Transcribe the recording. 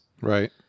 Right